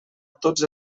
tots